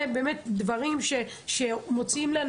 זה דברים שמוציאים את